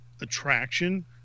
attraction